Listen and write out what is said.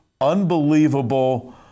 Unbelievable